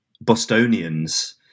Bostonians